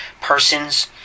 persons